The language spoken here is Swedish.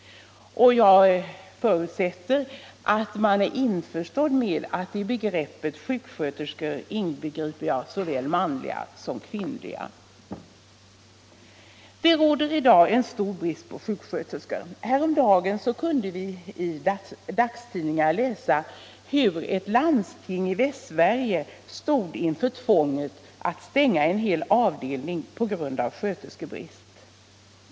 Jag förutsätter därvid att man är införstådd med att jag i begreppet ”sjuksköterska” inbegriper såväl manliga som kvinnliga. Det råder i dag en stor brist på sjuksköterskor. Häromdagen kunde vi i dagstidningar läsa hur ett landsting i Västsverige stod inför tvånget att stänga en hel avdelning på grund av sköterskebrist.